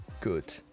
good